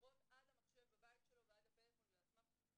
חודרות עד למחשב בבית שלו ועד לפלאפון ולסמארטפון.